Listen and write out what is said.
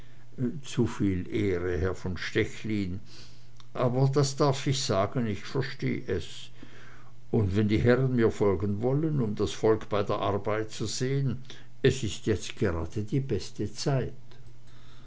zuviel ehre herr von stechlin aber das darf ich sagen ich versteh es und wenn die herren mir folgen wollen um das volk bei der arbeit zu sehen es ist jetzt gerade beste zeit